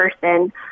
person